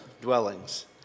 dwellings